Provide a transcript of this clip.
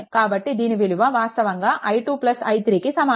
కాబట్టి దీని విలువ వాస్తవంగా i2 i3 కి సమానం